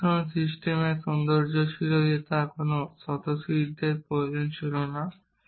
Robinson সিস্টেমের সৌন্দর্য ছিল যে তার কোন স্বতঃসিদ্ধের প্রয়োজন ছিল না